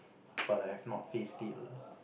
but I have not faced it lah